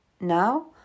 Now